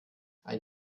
ein